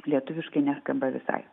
lietuviškai neskamba visai